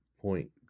point